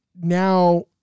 now